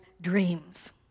dreams